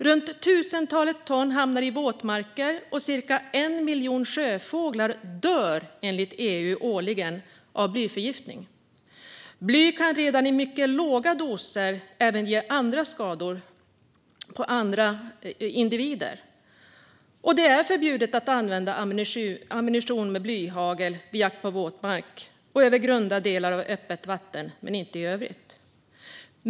Runt tusentalet ton hamnar i våtmarker, och cirka 1 miljon sjöfåglar dör enligt EU årligen av blyförgiftning. Bly kan redan vid mycket låga doser även ge andra skador på andra individer. Det är förbjudet att använda ammunition med blyhagel vid jakt på våtmark och över grunda delar av öppet vatten men inte i övrigt.